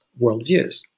worldviews